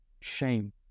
shame